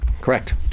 Correct